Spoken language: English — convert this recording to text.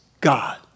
God